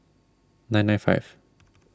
nine nine five